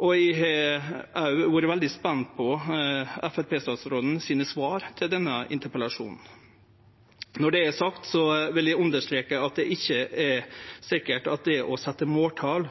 Eg har òg vore veldig spent på Framstegsparti-statsrådens svar på denne interpellasjonen. Når det er sagt, vil eg understreke at det ikkje er sikkert at det å setje måltal